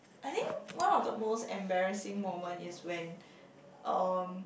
I think one of the most embarrassing moment is when um